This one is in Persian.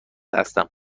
هستم